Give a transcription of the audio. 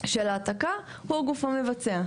של ההעתקה זה הגוף המבצע.